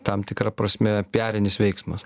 tam tikra prasme piarinis veiksmas